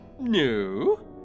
No